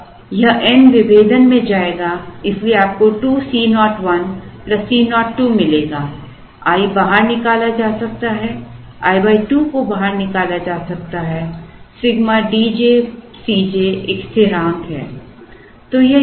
अब यह n विभेदन में जाएगा इसलिए आपको 2 C 01 C 02 मिलेगा i बाहर निकाला जा सकता है i 2 को बाहर निकाला जा सकता है Σ D j C j एक स्थिरांक है